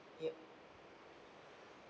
yup